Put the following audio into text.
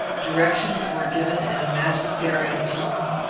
directions were given in a magisterial tone,